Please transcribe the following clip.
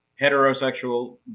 heterosexual